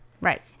right